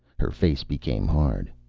her face became hard.